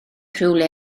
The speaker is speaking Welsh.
rhywle